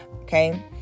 Okay